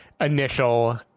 initial